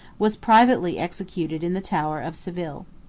was privately executed in the tower of seville.